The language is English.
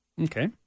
Okay